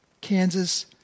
Kansas